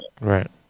Right